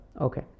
Okay